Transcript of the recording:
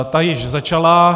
Ta již začala.